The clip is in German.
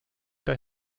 der